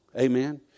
Amen